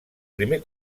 primer